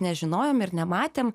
nežinojom ir nematėm